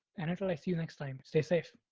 and until i see you next time, stay safe.